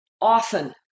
often